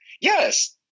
Yes